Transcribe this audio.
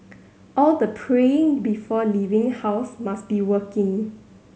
all the praying before leaving house must be working